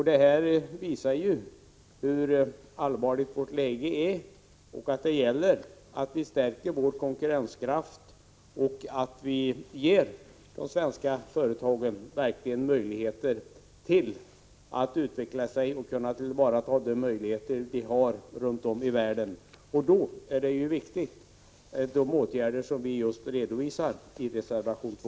Det visar hur allvarligt vårt läge är och att det gäller att vi stärker vår konkurrenskraft och verkligen möjliggör för svenska företag att utvecklas och ta till vara de möjligheter som finns runt om i världen. Och då är de åtgärder viktiga som vi redovisar i reservation 2.